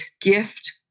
gift